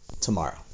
tomorrow